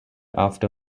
after